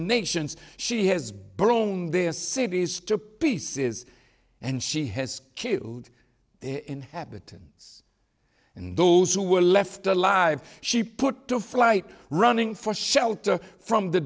nations she has brought home their cities to pieces and she has killed in habitants and those who were left alive she put to flight running for shelter from the